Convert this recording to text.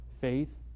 Faith